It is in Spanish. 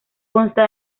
consta